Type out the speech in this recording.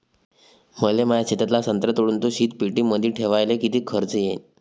मले माया शेतातला संत्रा तोडून तो शीतपेटीमंदी ठेवायले किती खर्च येईन?